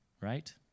right